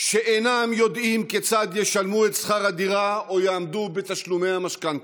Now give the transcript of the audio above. שאינם יודעים כיצד ישלמו את שכר הדירה או יעמדו בתשלומי המשכנתה,